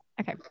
Okay